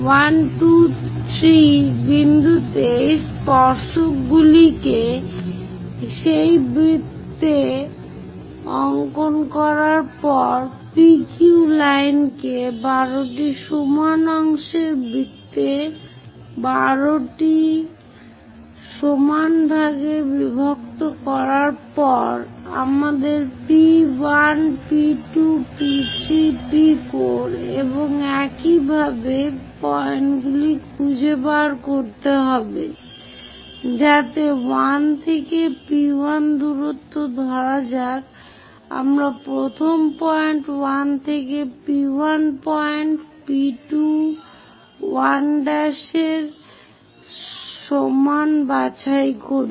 1 2 3 বিন্দুতে এই স্পর্শকগুলিকে সেই বৃত্তে অঙ্কন করার পর PQ লাইনকে 12 টি অংশের বৃত্তে 12টি ভাগে বিভক্ত করার পর আমাদের P1 P2 P3 P4 এবং এভাবে পয়েন্টগুলি খুঁজে বের করতে হবে যাতে 1 থেকে P1 দূরত্ব ধরা যাক আমরা প্রথম পয়েন্ট 1 থেকে P1 পয়েন্ট P2 1 এর সমান বাছাই করি